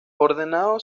ordenado